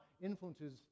influences